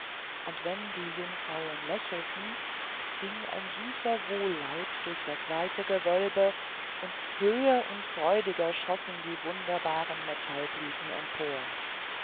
und wenn die jungfrauen lächelten ging ein süßer wohllaut durch das weite gewölbe und höher und freudiger schossen die wunderbaren metallblüten empor